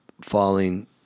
falling